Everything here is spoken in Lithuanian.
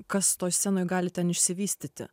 kas toj scenoj gali ten išsivystyti